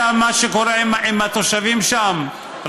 ראית מה שקורה עם התושבים שם?